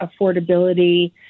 affordability